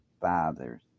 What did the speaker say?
fathers